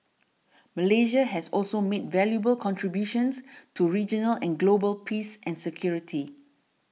Malaysia has also made valuable contributions to regional and global peace and security